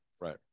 right